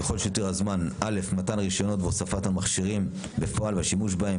ככל שיותיר הזמן: מתן רישיונות והוספת המכשירים בפועל והשימוש בהם,